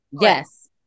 Yes